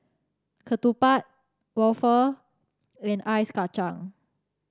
ketupat waffle and Ice Kachang